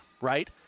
right